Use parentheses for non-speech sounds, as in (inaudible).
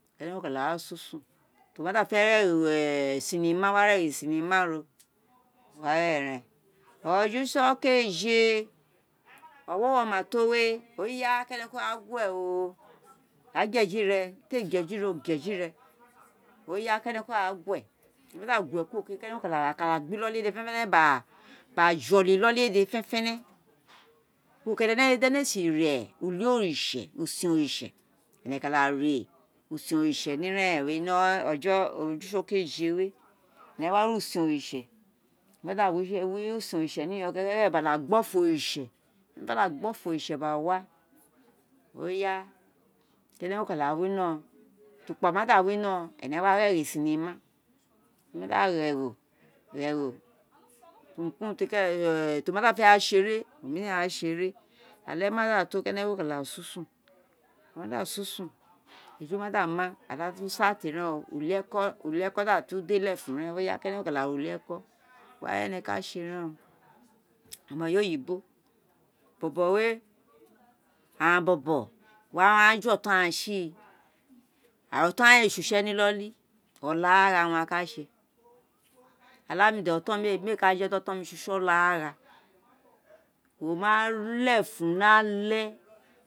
Ira eren o káà sunsun, o ma da fe̱ gho e̱gho (hesitation) egho cinema wa gho, wa eren re̱, oju se keeje (noise) owolo o̱ ma to wé (unintelligible) kenekuma gue o, ré gba gue̱ e̱ji re, gue ji ro, gue ji re̱ (unintelligible) kenekun ra gue, wo ma da gue kuro wo ka da gba noli dede̱ fenefene, gba jolo noli wé dede fenefene̱ (unintelligible) di ewe éè si ré wi oritse̱, use̱n oritse, ene̱ kada re̱ use̱n orite̱, uli oritse̱ ni ira eren wé, e̱ne̱ wa o̱jo̱ (hesitation) ojusokeejé wé, e̱ne̱ wa re̱usen oritse, e̱ne̱ ma da wi usen oritse keke̱ke̱ gba da gbo o̱fo̱ oritse wo ma gbo ofo oritse̱ gba wa (hesitation) e̱ne̱ ka da winoron utukpa ma da winoron, e̱ne̱ wa gho, e̱gho chema, e̱ne̱ mada gho e̱gho, gho egho (noise) urun ki urun ti kenekun (hesitation) ti o ma da fe ra se̱ ere mi ni ra sé ere, ale mada to kenekun ka da sunsun, aghan ka sunsun, eju ma dama, aghan datu start re̱n uli-eko, uli-eko da á tu dé lefun (unintelligible) kenekun ka̱ da ré wieko wa wé e̱ne̱ ka se̱ ren o̱ma e̱yé oyibo bobo wé aghan bo̱bo̱ ghan ju o̱to̱n ghan si, o̱to̱n gban éè sé use̱ ni ino̱li o̱lagha owun aka se̱ oláà mi de̱ o̱to̱n mi, méè ka jedi o̱to̱n sé use̱ o̱lagha, mo ma (hesitation) lefun ni àle